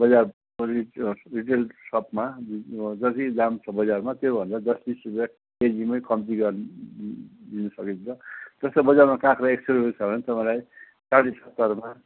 बजारको retailers retail सपमा जति दाम छ बजारमा त्योभन्दा दस बिस रुपियाँ केजीमै कम्ती गरेर दिन सकिन्छ जस्तो बजारमा काँक्रा एक सय रुपियाँ छ भने तपाईँलाई खालि सत्तरमा